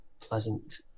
pleasant